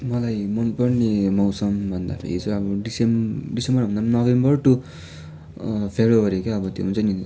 मलाई मनपर्ने मौसम भन्दाखेरि चाहिँ अब डिसेम दिसम्बर भन्दा पनि नोभेम्बर टु फेब्रुअरी क्या अब त्यो हुन्छ नि